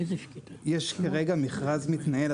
יש כרגע מכרז שמתנהל,